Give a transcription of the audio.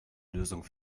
lösung